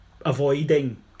avoiding